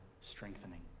strengthening